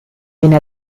viene